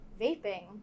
vaping